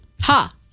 Ha